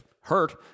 hurt